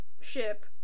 ship